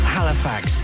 Halifax